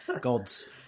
gods